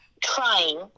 trying